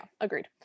agreed